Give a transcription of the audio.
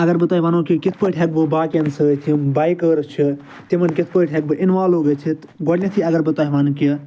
اگر بہٕ تۄہہِ وَنو کہِ کِتھ پٲٹھۍ ہیٚکہٕ بہٕ باقیَن سۭتۍ یِم بایکٲرٕس چھِ تمن کِتھ پٲٹھۍ ہیٚکہٕ بہٕ اِنوالو گٔژھِتھ گۄڈنیٚتھے اگر بہٕ توہہِ وَنہٕ کہِ